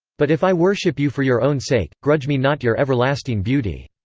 but if i worship you for your own sake, grudge me not your everlasting beauty.